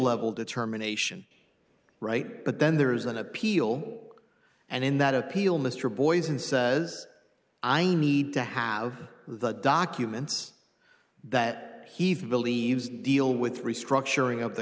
level determination right but then there is an appeal and in that appeal mr boies and says i need to have the documents that he believes deal with restructuring of the